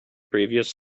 previous